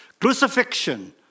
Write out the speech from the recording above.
crucifixion